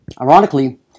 Ironically